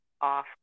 off